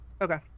Okay